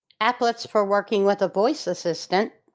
applets for working with a voice assistant,